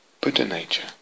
Buddha-nature